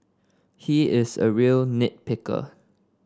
he is a real nit picker